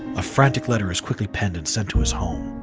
a frantic letter is quickly penned and sent to his home.